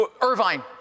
Irvine